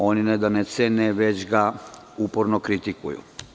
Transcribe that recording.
Oni ne da ga ne cene, već ga uporno kritikuju.